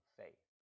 faith